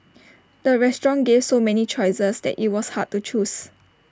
the restaurant gave so many choices that IT was hard to choose